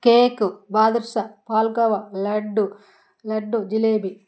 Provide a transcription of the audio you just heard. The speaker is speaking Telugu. కేకు బాదుషా పాలకోవా లడ్డు లడ్డు జిలేబీ